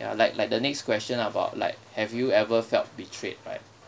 ya like like the next question about like have you ever felt betrayed right